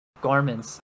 garments